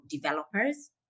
developers